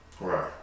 right